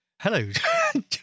Hello